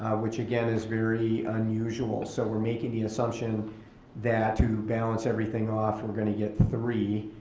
which again is very unusual, so we're making the assumption that to balance everything off we're gonna get three.